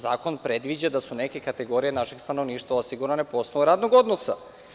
Zakon predviđa da su neke kategorije našeg stanovništva osigurane po osnovu radnog odnosa.